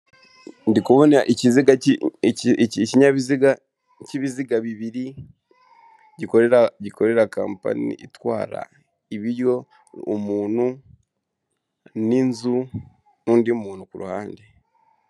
Uri kubona ikiziga cy'i, iki, ikinyabiziga cy'ibiziga bibiri, gikorera kampani itwara ibiryo, umuntu n'inzu, n'undi muntu ku ruhande.